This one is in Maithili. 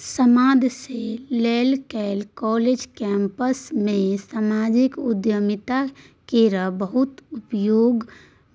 समाद सँ लए कए काँलेज कैंपस मे समाजिक उद्यमिता केर बहुत उपयोग